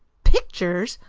pictures!